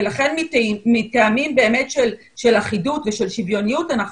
לכן מטעמים באמת של אחידות ושל שוויוניות אנחנו